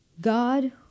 God